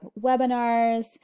webinars